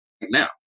now